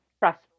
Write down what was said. trust